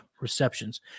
receptions